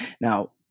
Now